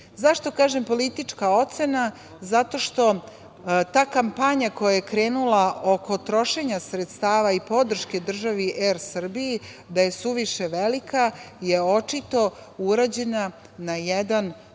Zašto kažem politička ocena? Zato što ta kampanja koja je krenula oko trošenja sredstava i podrške države „Er Srbiji“ da je suviše velika je očito urađena na jedan